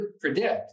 predict